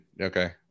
okay